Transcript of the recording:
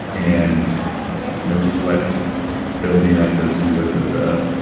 and no sweat building up as you would with a,